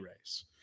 race